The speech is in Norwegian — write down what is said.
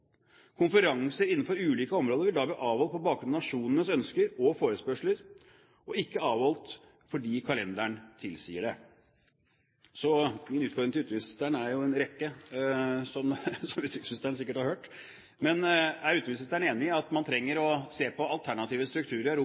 innenfor ulike områder vil da bli avholdt på bakgrunn av nasjonenes ønsker og forespørsler og ikke avholdt fordi kalenderen tilsier det. Så det er en rekke utfordringer jeg har til utenriksministeren, som han sikkert har hørt. Er utenriksministeren enig i at man trenger å se på alternative strukturer i Europa?